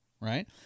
right